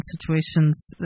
situations